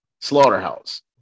Slaughterhouse